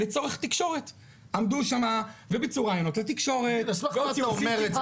לצורך תקשורת עמדו שמה וביצעו ראיונות לתקשורת -- למה אתה אומר את זה,